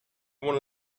one